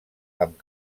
amb